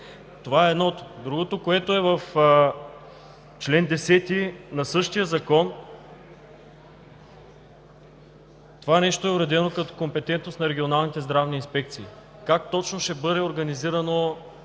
Това е едното. Другото, което е, че в чл. 10 на същия Закон това нещо е уредено като компетентност на регионалните здравни инспекции. Как точно ще бъде организирана